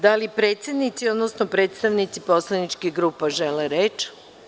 Da li predsednici, odnosno predstavnici poslaničkih grupa žele reč?